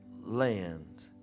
land